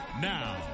Now